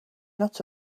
not